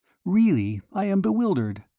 really, i am bewildered.